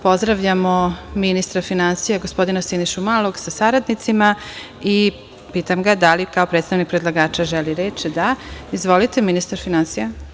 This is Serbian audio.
Pozdravljamo ministra finansija, gospodina Sinišu Malog sa saradnicima i pitam ga da li kao predstavnik predlagača želi reč? (Da.) Izvolite, ministre finansija.